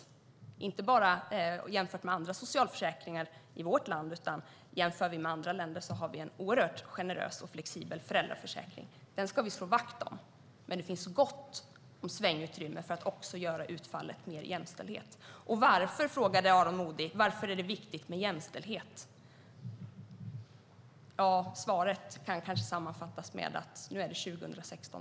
Det gäller inte bara jämfört med andra socialförsäkringar i vårt land, utan även jämfört med andra länder har vi en oerhört generös och flexibel föräldraförsäkring. Den ska vi slå vakt om, men det finns gott om svängutrymme för att också göra utfallet mer jämställt. Aron Modig frågade varför det är viktigt med jämställdhet. Ja, svaret kanske kan sammanfattas med att vi nu möter 2016.